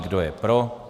Kdo je pro?